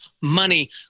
money